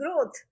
growth